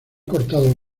cortado